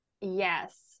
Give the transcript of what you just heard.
Yes